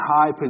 high